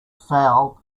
foul